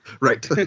Right